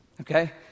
Okay